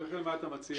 ולכן, מה אתה מציע?